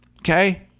okay